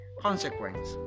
Consequence